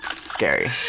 Scary